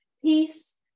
peace